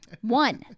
One